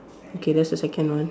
okay that's the second one